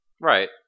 Right